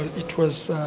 it was